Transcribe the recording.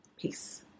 peace